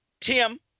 Tim